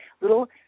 little